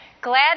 Glad